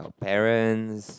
our parents